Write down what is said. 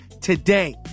today